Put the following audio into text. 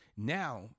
Now